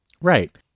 Right